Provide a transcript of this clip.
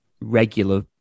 regular